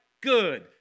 good